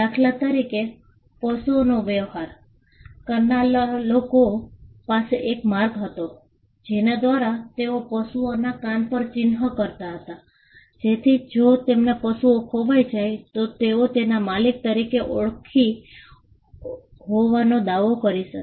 દાખલા તરીકે પશુઓનો વ્યવહાર કરનારા લોકો પાસે એક માર્ગ હતો જેના દ્વારા તેઓ પશુઓના કાન પર ચિહ્ન કરતા હતા જેથી જો તેમના પશુઓ ખોવાઈ જાય તો તેઓ તેના માલિક તરીકે ઓળખી હોવાનો દાવો કરી શકે